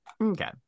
okay